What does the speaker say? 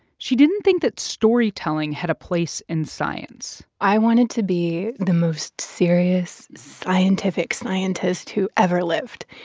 she didn't think that storytelling had a place in science i wanted to be the most serious, scientific scientist who ever lived.